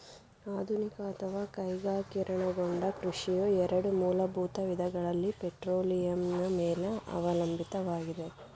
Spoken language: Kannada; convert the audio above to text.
ಆಧುನಿಕ ಅಥವಾ ಕೈಗಾರಿಕೀಕರಣಗೊಂಡ ಕೃಷಿಯು ಎರಡು ಮೂಲಭೂತ ವಿಧಗಳಲ್ಲಿ ಪೆಟ್ರೋಲಿಯಂನ ಮೇಲೆ ಅವಲಂಬಿತವಾಗಿದೆ